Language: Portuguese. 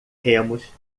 remos